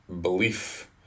belief